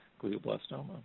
glioblastoma